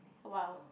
!wow!